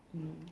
mm